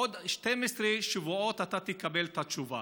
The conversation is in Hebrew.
עוד 12 שבועות אתה תקבל את התשובה.